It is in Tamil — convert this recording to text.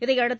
இதையடுத்து